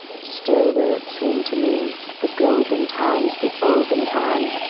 still will it seem to me the golden time's the olden time,